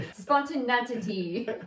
Spontaneity